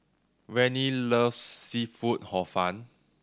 Vannie loves seafood Hor Fun